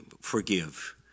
forgive